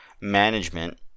management